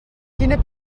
quina